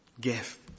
gift